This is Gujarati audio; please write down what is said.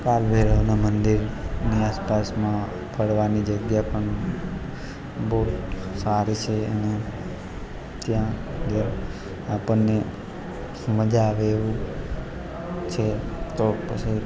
કાલભૈરવના મંદિરની આસપાસમાં ફરવાની જગ્યા પણ બહુ સારી સે અને ત્યાં જર આપણને મજા આવે એવું છે તો પછી